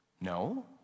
No